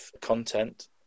content